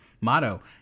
Motto